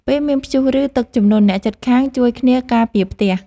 ពេលមានព្យុះ ឬទឹកជំនន់ អ្នកជិតខាងជួយគ្នាការពារផ្ទះ។